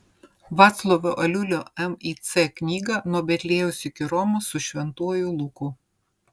vaclovo aliulio mic knygą nuo betliejaus iki romos su šventuoju luku